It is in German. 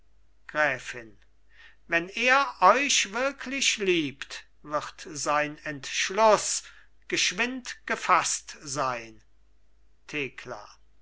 gräfin wenn er euch wirklich liebt wird sein entschluß geschwind gefaßt sein thekla